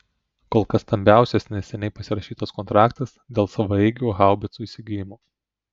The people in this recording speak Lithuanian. kol kas stambiausias neseniai pasirašytas kontraktas dėl savaeigių haubicų įsigijimo